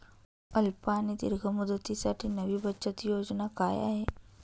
अल्प आणि दीर्घ मुदतीसाठी नवी बचत योजना काय आहे?